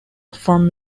from